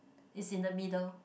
is in the middle